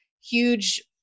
huge